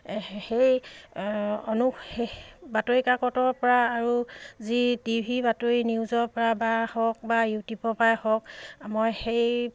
সেই বাতৰি কাকতৰপৰা আৰু যি টি ভি বাতৰি নিউজৰপৰা বা হওক বা ইউটিউবৰপৰাই হওক মই সেই